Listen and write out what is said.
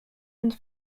and